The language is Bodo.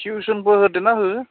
टिउसनबो होदेरना हो